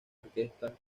orquesta